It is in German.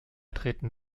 drehte